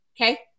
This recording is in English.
Okay